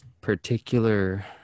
particular